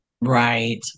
Right